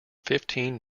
fifteen